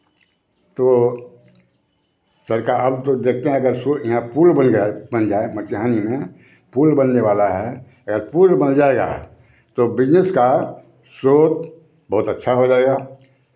तो सरका अब जो देखते हैं अगर सूर यहाँ पूल बन जाए बन जाए मटिहानी में पूल बनने वाला है अगर पूल बन जाएगा तो बिज़नेस का स्रोत बहुत अच्छा हो जाएगा